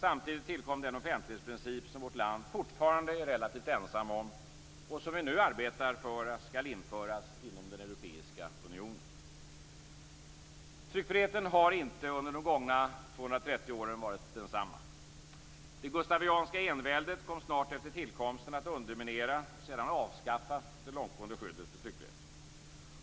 Samtidigt tillkom den offentlighetsprincip som vårt land fortfarande är relativt ensam om och som vi nu arbetar för skall införas inom den europeiska unionen. Tryckfriheten har inte under de gångna 230 åren varit densamma. Det gustavianska enväldet kom snart efter tillkomsten att underminera och sedan avskaffa det långtgående skyddet för tryckfriheten.